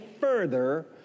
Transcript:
further